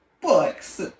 books